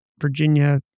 Virginia